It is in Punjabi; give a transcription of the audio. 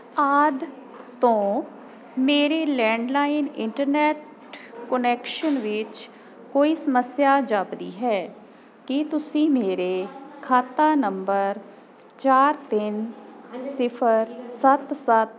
ਆਦਿ ਤੋਂ ਮੇਰੇ ਲੈਂਡਲਾਈਨ ਇੰਟਰਨੈੱਟ ਕੁਨੈਕਸ਼ਨ ਵਿੱਚ ਕੋਈ ਸਮੱਸਿਆ ਜਾਪਦੀ ਹੈ ਕੀ ਤੁਸੀਂ ਮੇਰੇ ਖਾਤਾ ਨੰਬਰ ਚਾਰ ਤਿੰਨ ਸਿਫ਼ਰ ਸੱਤ ਸੱਤ